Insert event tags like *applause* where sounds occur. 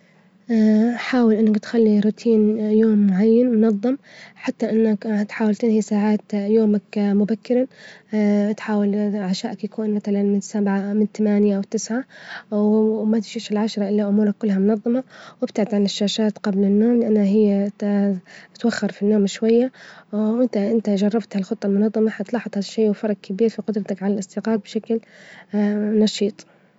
*hesitation* حأول إنك تخلي روتين يوم معين منظم، حتى إنك تحأول تنهي ساعات يومك مبكرا، *hesitation* تحأول عشاءك يكون مثلا من سبعة أوثمانية أوتسعة و *hesitation* ما تجيش العشرة إلا أمورك كلها منظمة، وتبتعد عن الشاشات جبل النوم، لأنها هي توخر في النوم شوية، ومتى إنت جربت هذه الخطة المنظمة هتلاحظ هذا الشي، وفرج كبير في جدرتك على الاستجاظ بشكل *hesitation* نشيط.